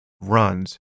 runs